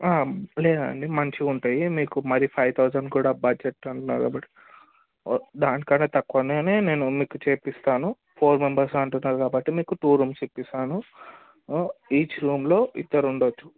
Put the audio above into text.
లేదండి మంచిగా ఉంటాయి మీకు మరి ఫైవ్ థౌసండ్ కూడా బడ్జెట్ అంటున్నారు కాబట్టి దాని కన్నా తక్కువ నేను మీకు చేయిస్తాను ఫోర్ మెంబెర్స్ అంటున్నారు కాబట్టి మీకు టూ రూమ్స్ ఇస్తాను ఈచ్ రూమ్లో ఇద్దరు ఉండవచ్చు